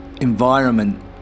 environment